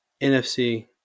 NFC